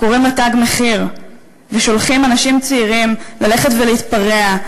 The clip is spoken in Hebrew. שקוראים לה "תג מחיר" ושולחים אנשים צעירים ללכת ולהתפרע,